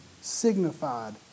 signified